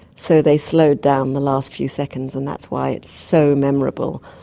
so they slowed down the last few seconds, and that's why it's so memorable.